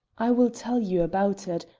i will tell you about it,